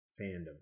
fandom